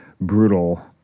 brutal